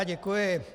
Děkuji.